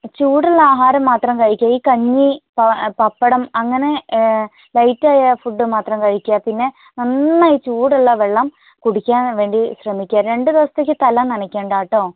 ചൂടുള്ള ആഹാരം മാത്രം കഴിക്കുക ഈ കഞ്ഞി പപ്പടം അങ്ങനെ ലൈറ്റ് ആയ ഫുഡ് മാത്രം കഴിക്കുക പിന്നെ നന്നായി ചൂടുള്ള വെള്ളം കുടിക്കാൻ വേണ്ടി ശ്രമിക്കുക രണ്ടുദിവസത്തേക്ക് തല നനക്കേണ്ട കേട്ടോ